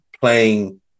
playing